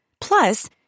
Plus